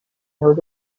were